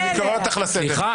אני קורא אותך לסדר.